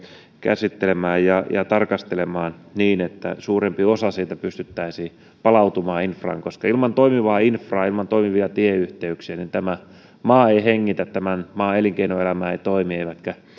käsittelemään ja ja tarkastelemaan niin että suurempi osa siitä pystyttäisiin palauttamaan infraan koska ilman toimivaa infraa ilman toimivia tieyhteyksiä tämä maa ei hengitä tämän maan elinkeinoelämä ei toimi eivätkä